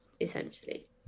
essentially